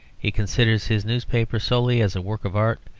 he considers his newspaper solely as a work of art,